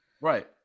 Right